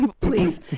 please